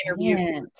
interview